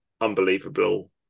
unbelievable